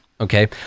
okay